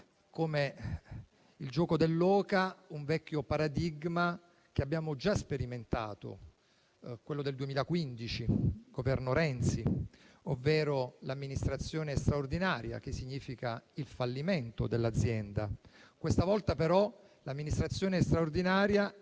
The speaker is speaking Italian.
come il gioco dell'oca, un vecchio paradigma che abbiamo già sperimentato, quello del 2015 con il Governo Renzi, ovvero l'amministrazione straordinaria, che significa il fallimento dell'azienda. Questa volta però l'amministrazione straordinaria è